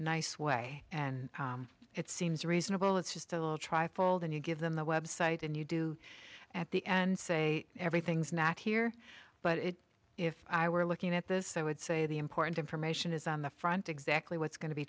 nice way and it seems reasonable it's just a little trifle then you give them the website and you do at the end say everything's not here but it if i were looking at this i would say the important information is on the front exactly what's going to be